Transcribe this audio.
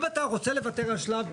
אם אתה רוצה לוותר על שלב,